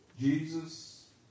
Jesus